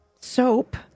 soap